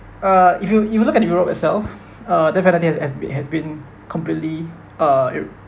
uh if you if you look at europe itself uh definitely has has been has been completely uh